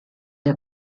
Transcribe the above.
der